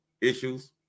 issues